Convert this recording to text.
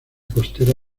costera